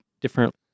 different